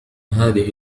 هذه